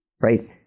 Right